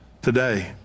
today